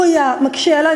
הוא היה מקשה עלי.